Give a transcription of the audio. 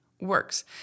works